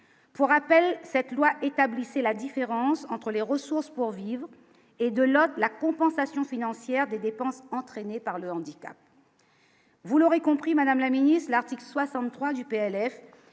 Pour rappel, cette loi établie, c'est la différence entre les ressources pour vivre et de l'autre la compensation financière des dépenses entraînées par le handicap. Vous l'aurez compris, madame la ministre de l'article 63 du PLF